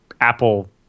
Apple